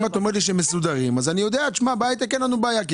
אם את אומרת לי שהם מסודרים אז אני יודע שבהייטק אין לנו בעיה.